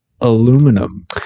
aluminum